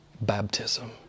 baptism